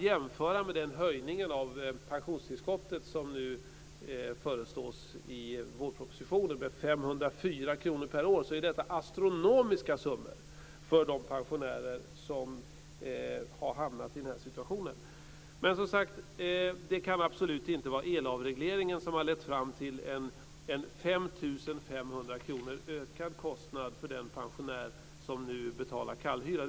Jämfört med den höjning av pensionstillskottet som nu föreslås i vårpropositionen med 504 kr per år är detta astronomiska summor för de pensionärer som hamnat i den här situationen. Det kan absolut inte vara elavregleringen som har lett fram till en ökad kostnad med 5 544 kr för den pensionär som nu betalar kallhyra.